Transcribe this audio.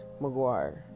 McGuire